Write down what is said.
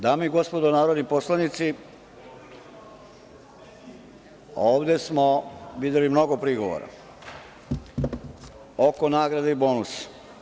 Dame i gospodo narodni poslanici, ovde smo videli mnogo prigovora oko nagrade i bonusa.